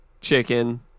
chicken